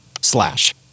slash